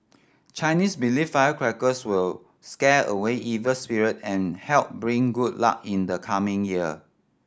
Chinese believe firecrackers will scare away evil spirit and help bring good luck in the coming year